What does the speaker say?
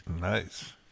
Nice